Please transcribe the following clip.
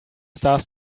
stars